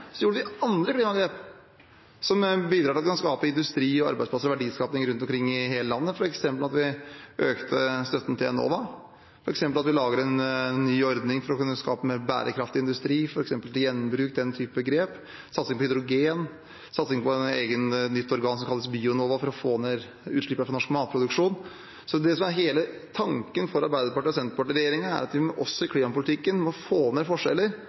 Så gjorde vi andre klimagrep, som bidrar til at vi kan skape industri, arbeidsplasser og verdiskaping rundt omkring i hele landet. For eksempel økte vi støtten til Enova, vi lager en ny ordning for å kunne skape mer bærekraftig industri, gjenbruk, den typen grep. Vi satser på hydrogen og på et eget nytt organ, som kalles Bionova, for å få ned utslippene til norsk matproduksjon. Det som er hele tanken for Arbeiderparti–Senterparti-regjeringen, er at vi også i klimapolitikken må få ned forskjeller,